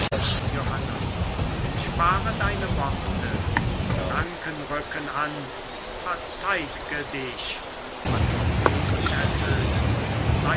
johanna spare deine worte die franken rücken an verteidge dich trompeten ertönen